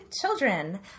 children